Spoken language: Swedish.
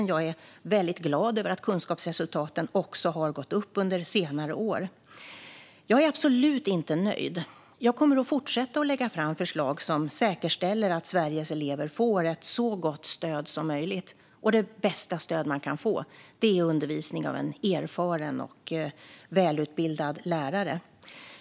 Och jag är väldigt glad över att kunskapsresultaten har gått upp under senare år. Jag är absolut inte nöjd. Jag kommer att fortsätta lägga fram förslag som säkerställer att Sveriges elever får ett så gott stöd som möjligt. Och det bästa stöd man kan få är undervisning av en erfaren och välutbildad lärare.